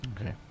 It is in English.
Okay